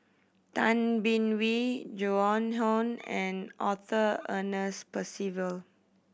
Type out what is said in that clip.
Tay Bin Wee Joan Hon and Arthur Ernest Percival